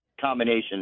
combination